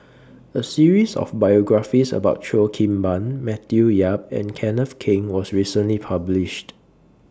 A series of biographies about Cheo Kim Ban Matthew Yap and Kenneth Keng was recently published